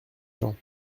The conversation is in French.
gens